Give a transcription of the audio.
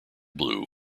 blue